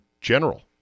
general